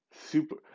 super